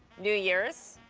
new years,